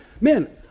man